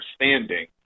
understanding